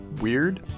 weird